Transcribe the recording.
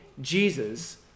Jesus